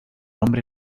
nombre